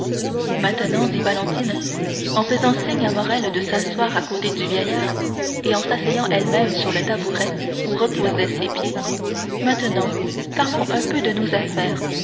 maintenant dit valentine en faisant signe à morrel de s'asseoir à côté du vieillard et en s'asseyant elle-même sur le tabouret où reposaient ses pieds maintenant parlons un peu de nos affaires